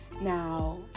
Now